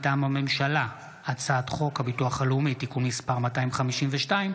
פ/5053/25: הצעת חוק הביטוח הלאומי (תיקון מס' 252)